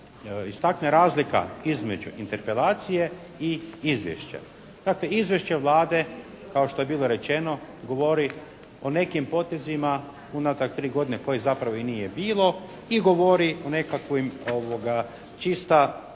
istakne razlika između interpelacije i izvješća. Dakle, izvješće Vlade, kao što je bilo rečeno, govori o nekim potezima unatrag 3 godine kojih zapravo i nije bilo i govori o nekakvim čista formalnim